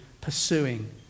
pursuing